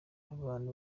abantu